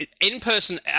in-person